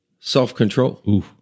Self-control